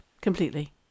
completely